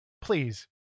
please